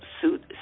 suit